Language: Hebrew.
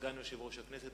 סגן יושב-ראש הכנסת.